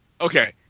Okay